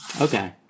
Okay